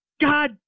God